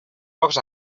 pocs